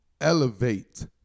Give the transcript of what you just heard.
elevate